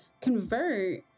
convert